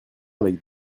avec